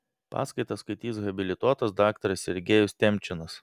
paskaitą skaitys habilituotas daktaras sergejus temčinas